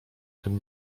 tym